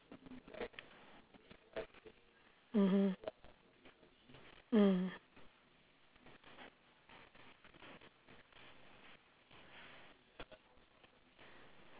mmhmm mm